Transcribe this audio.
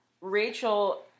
Rachel